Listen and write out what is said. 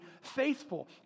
faithful